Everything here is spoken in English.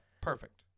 Perfect